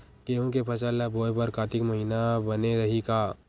गेहूं के फसल ल बोय बर कातिक महिना बने रहि का?